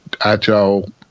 agile